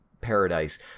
paradise